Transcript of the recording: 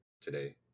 today